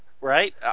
right